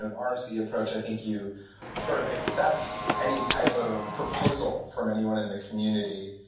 an ah rfc approach, i think you sort of accept any type of proposal from anyone in the community.